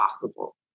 possible